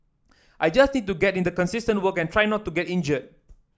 I just need to get in the consistent work and try not to get injured